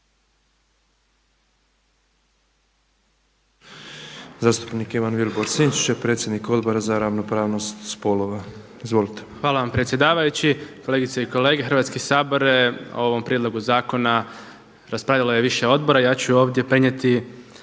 Hvala vam predsjedavajući. Kolegice i kolege, Hrvatski sabore o ovom prijedlogu zakona raspravljalo je više odbora. Ja ću ovdje prenijeti